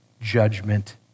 judgment